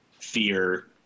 fear